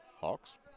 Hawks